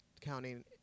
counting